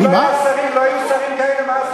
שסגנונו של האדם הוא דמותו ואישיותו.